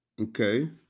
Okay